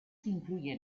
incluyen